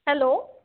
hello